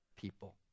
people